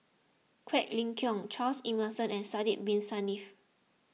Quek Ling Kiong Charles Emmerson and Sidek Bin Saniff